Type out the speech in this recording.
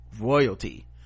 royalty